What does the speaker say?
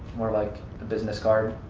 more like a business card,